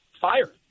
fire